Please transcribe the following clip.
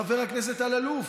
חבר הכנסת אלאלוף.